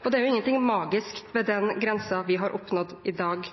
og det er ingenting magisk ved den grensen for arbeidstiden vi har oppnådd i dag.